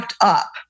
up